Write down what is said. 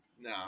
No